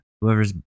whoever's